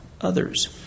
others